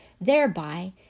thereby